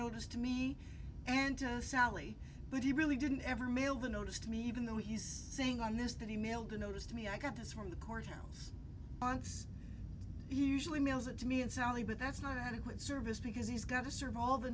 notice to me and sally but he really didn't ever mail the noticed me even though he's saying on this that he mailed the notice to me i got this from the courthouse angst usually mails it to me and sally but that's not adequate service because he's got a survey all the